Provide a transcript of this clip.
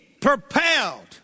propelled